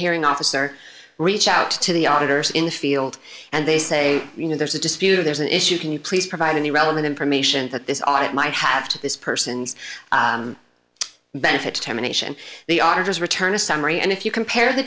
hearing officer reach out to the auditors in the field and they say you know there's a dispute or there's an issue can you please provide any relevant information that this audit might have to this person's benefit temptation the auditors return a summary and if you compare the